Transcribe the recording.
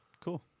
Cool